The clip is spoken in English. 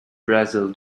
brazil